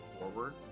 forward